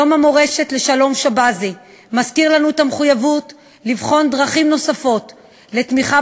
יום מורשת שלום שבזי מזכיר לנו את המחויבות לבחון דרכים נוספות לתמיכה